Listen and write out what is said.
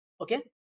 okay